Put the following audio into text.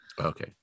okay